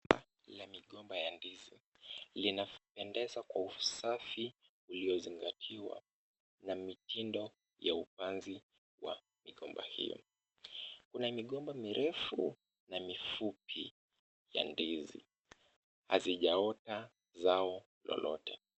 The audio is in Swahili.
La migomba ya ndizi, linapendeza kwa usafi uliozingatiwa na mitindo ya upanzi wa migomba hiyo. Kuna migomba mirefu na mifupi ya ndizi. Hazijaota zao lolote.